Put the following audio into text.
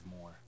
more